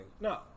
No